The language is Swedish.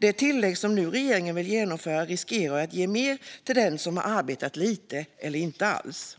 Det tillägg som regeringen nu vill genomföra riskerar ju att ge mer till den som arbetat lite eller inte alls.